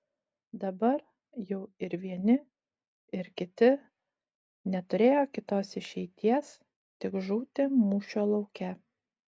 dabar jau ir vieni ir kiti neturėjo kitos išeities tik žūti mūšio lauke